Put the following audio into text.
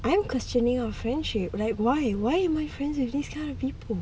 I'm questioning our friendship why why are we friends with these kind of people